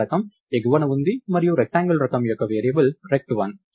data రకం ఎగువన ఉంది మరియు రెక్టాంగిల్ రకం యొక్క వేరియబుల్ రెక్ట్1